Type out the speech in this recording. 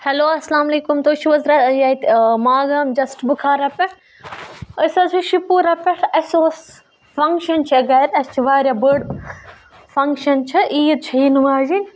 hello اَسلامُ علیکُم تُہۍ چھُو حظ ییٚتہِ ماگام جسٹ بُخارا پٮ۪ٹھ أسۍ حظ چھِ شِپوٗرا پٮ۪ٹھ اَسہِ اوس فَنٛگشَن چھےٚ گَرِ اَسہِ چھِ واریاہ بٔڑ فنٛگشَن چھےٚ عیٖد چھےٚ یِنہٕ واجیٚنۍ